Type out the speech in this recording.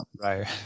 Right